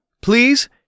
please